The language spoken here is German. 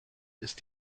ist